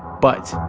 but.